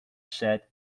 set